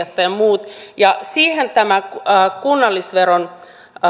opiskelijat ja muut ja siihen tämä kunnallisveron